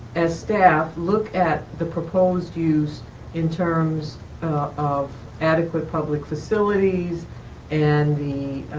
as staff look at the proposed use in terms of adequate public facilities and the